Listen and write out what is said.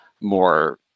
more